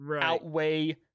outweigh